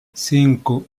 cinco